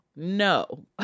no